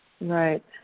Right